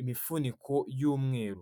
imifuniko y'umweru.